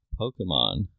Pokemon